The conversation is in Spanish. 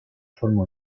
forma